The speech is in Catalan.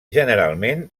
generalment